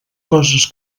coses